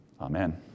Amen